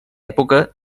època